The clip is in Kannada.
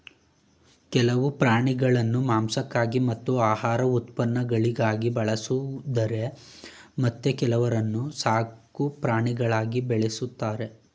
ಕೆಲವು ಪ್ರಾಣಿಗಳನ್ನು ಮಾಂಸಕ್ಕಾಗಿ ಮತ್ತು ಆಹಾರ ಉತ್ಪನ್ನಗಳಿಗಾಗಿ ಬಳಸಿದರೆ ಮತ್ತೆ ಕೆಲವನ್ನು ಸಾಕುಪ್ರಾಣಿಗಳಾಗಿ ಬಳ್ಸತ್ತರೆ